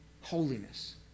holiness